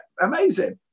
amazing